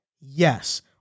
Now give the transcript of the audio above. Yes